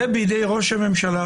זה בידי ראש הממשלה,